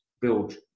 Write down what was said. build